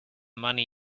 money